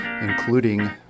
including